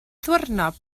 ddiwrnod